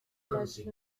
measured